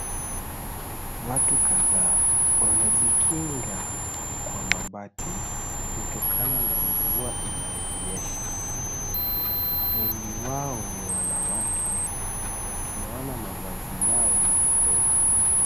Watu kadhaa wanajikinga kwa mabati kutokana na mvua inayonyesha. Wengi wao ni wanawake na tunaona mavazi yao yameloa.